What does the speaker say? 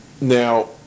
Now